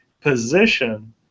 position